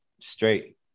straight